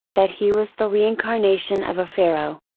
that he was the reincarnation of a pharaoh?